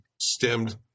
stemmed